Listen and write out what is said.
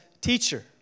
teacher